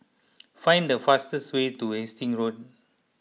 find the fastest way to Hastings Road